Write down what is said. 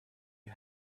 you